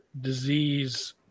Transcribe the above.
disease